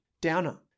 Downer